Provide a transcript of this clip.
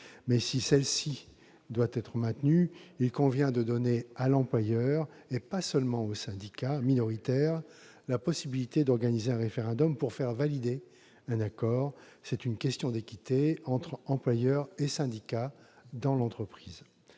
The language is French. mais si celle-ci doit être maintenue, il convient de donner à l'employeur, et non seulement aux syndicats minoritaires, la possibilité d'organiser un référendum pour faire valider un accord. C'est une question d'équité entre employeur et syndicats dans l'entreprise.